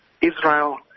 Israel